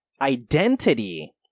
identity